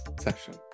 session